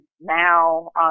now